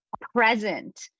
present